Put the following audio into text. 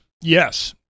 Yes